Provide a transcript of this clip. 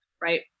right